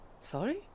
Sorry